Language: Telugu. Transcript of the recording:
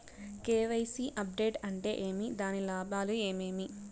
కె.వై.సి అప్డేట్ అంటే ఏమి? దాని లాభాలు ఏమేమి?